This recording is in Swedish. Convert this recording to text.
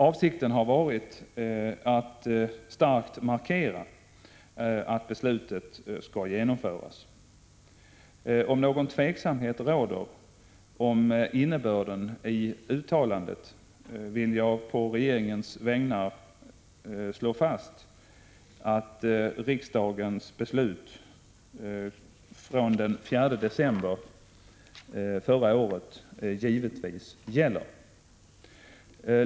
Avsikten har varit att klart markera att beslutet skall genomföras. Om någon osäkerhet råder om innebörden i uttalandet, vill jag på regeringens vägnar slå fast att riksdagens beslut från den 4 december förra året givetvis gäller.